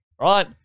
right